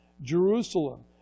Jerusalem